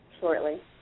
shortly